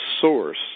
source